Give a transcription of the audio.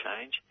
change